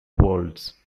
worlds